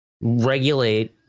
regulate